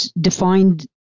defined